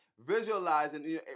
visualizing